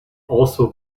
also